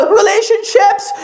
relationships